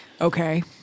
Okay